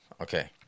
Okay